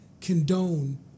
condone